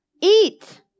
Eat